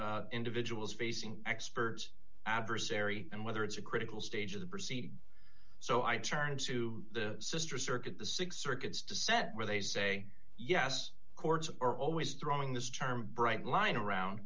individuals facing expert adversary and whether it's a critical stage of the proceedings so i turned to the sister circuit the six circuits to set where they say yes courts are always throwing this term bright line around